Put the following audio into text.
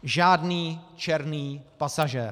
Žádný černý pasažér.